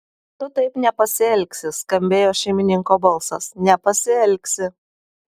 tu taip nepasielgsi skambėjo šeimininko balsas nepasielgsi